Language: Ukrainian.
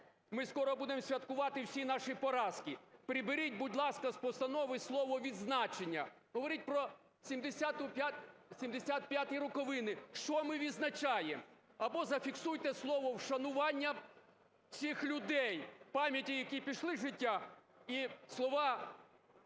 Ми скоро будемо святкувати всі наші поразки. Приберіть, будь ласка, з постанови слово "відзначення", говоріть про 75-ті роковини. Що ми відзначаємо? Або зафіксуйте слово "вшанування" цих людей, пам'яті, які пішли з життя, і слова оцінки